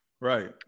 Right